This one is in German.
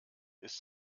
ist